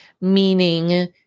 meaning